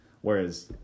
Whereas